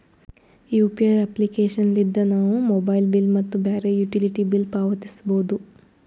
UPI application ಲಿದ್ದ ನಾವು mobile bill ಮತ್ತು ಬ್ಯಾರೆ ಯುಟಿಲಿಟಿ ಬಿಲ್ ಪಾವತಿಸಬೋದು